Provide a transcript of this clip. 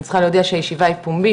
אני צריכה להודיע שהישיבה היא פומבית